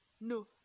no